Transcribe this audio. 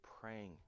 praying